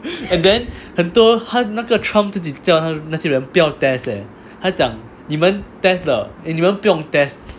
and then 很多还有那个 trump 自己叫他那些人不要 test 还讲你们 test 了 eh 你们不用 test